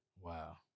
Wow